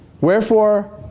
Wherefore